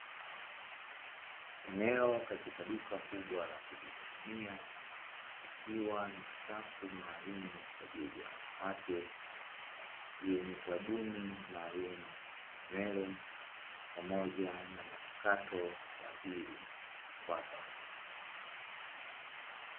Eneo katika duka kubwa la kujihudumia likiwa na safu maalumu kwa ajili ya wanawake yenye sabuni maalumu za nywele pamoja na manukato kwa ajili ya kwapa.